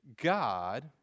God